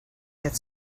get